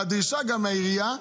והדרישה גם מהעירייה,